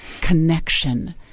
connection